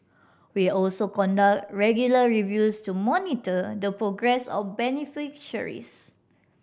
we also conduct regular reviews to monitor the progress of beneficiaries